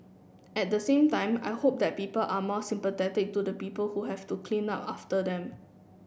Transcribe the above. at the same time I hope that people are more sympathetic to the people who have to clean up after them